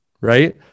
right